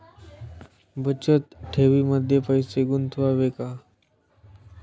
बचत ठेवीमध्ये पैसे गुंतवावे का?